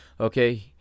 okay